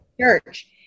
church